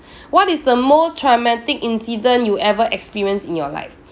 what is the most traumatic incident you ever experienced in your life